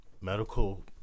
medical